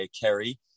Kerry